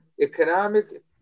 Economic